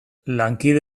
lankide